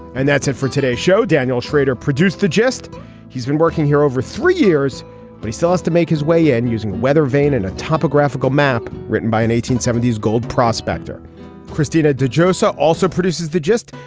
and that's it for today show daniel schrader produced the gist he's been working here over three years but he still has to make his way and using weather vane and a topographical map written by an eighteen seventy s gold prospector christina derosa also produces the gist.